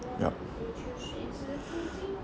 ya